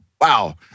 wow